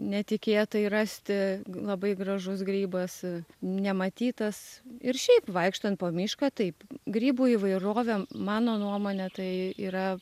netikėtai rasti labai gražus grybas nematytas ir šiaip vaikštant po mišką taip grybų įvairovė mano nuomone tai yra